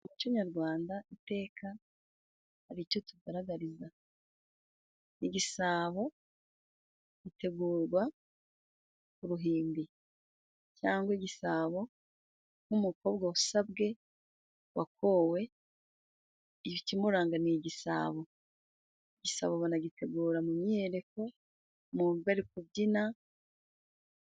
Umuco nyarwanda iteka hari icyo utugaragariza. Igisabo gitegurwa ku ruhimbi cyangwa igisabo nk'umukobwa wasabwe, wakowe, ikimuranga ni igisabo. Igisabo banagitegura mu myiyereko, bari kubyina.